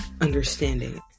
understanding